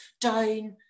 down